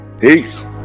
Peace